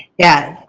yeah.